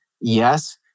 Yes